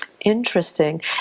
Interesting